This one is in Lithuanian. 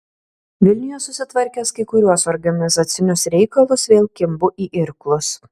vilniuje susitvarkęs kai kuriuos organizacinius reikalus vėl kimbu į irklus